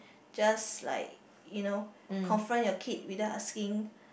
just like you know conference your kids without asking